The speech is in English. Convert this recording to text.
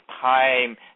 time